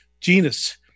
genus